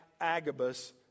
Agabus